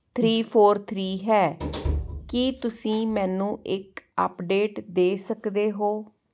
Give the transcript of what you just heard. three four three ਹੈ ਕੀ ਤੁਸੀਂ ਮੈਨੂੰ ਇੱਕ ਅਪਡੇਟ ਦੇ ਸਕਦੇ ਹੋ